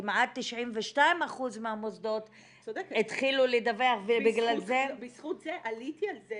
כמעט 92% מהמוסדות התחילו לדווח ובגלל זה -- בזכות זה עליתי על זה